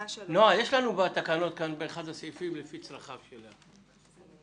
תבדוק לי את זה.